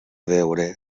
veure